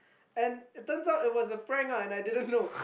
and it turns out that it was a prank ah and I didn't know